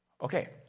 Okay